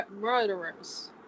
murderers